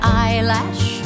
eyelash